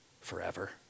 forever